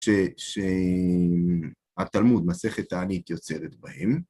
שהתלמוד, מסכת תענית, יוצרת בהם.